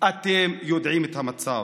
אתם יודעים מה המצב,